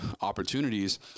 opportunities